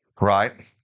right